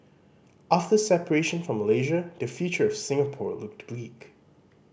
after separation from Malaysia the future of Singapore looked bleak